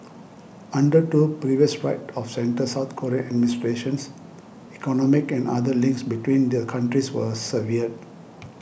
under two previous right of centre South Korean administrations economic and other links between the countries were severed